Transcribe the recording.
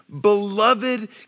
beloved